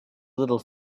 little